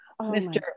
Mr